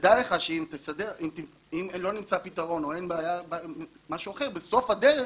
דע לך שאם לא נמצא פתרון או משהו אחר, בסוף הדרך